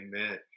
Amen